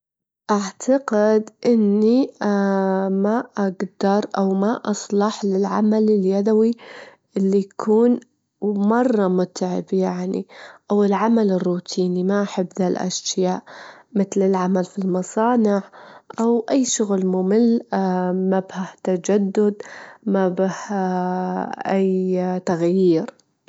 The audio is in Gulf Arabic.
أعتقد إنه لازم نحل مشاكل الأرض أول شي، لأن الإنسان يحتاج للموارد للعناية على كوكبنا قبل ما ننتقل لكوكب الأرض، فأعتقد البلدان لازم تعمل إيواء لإستكشاف الفضاء.